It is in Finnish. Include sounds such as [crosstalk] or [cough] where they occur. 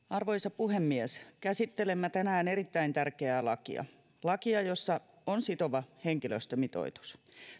[unintelligible] arvoisa puhemies käsittelemme tänään erittäin tärkeää lakia lakia jossa on sitova henkilöstömitoitus